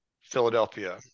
Philadelphia